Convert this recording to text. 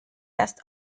erst